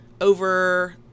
over